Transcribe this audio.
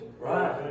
Right